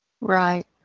right